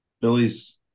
Billy's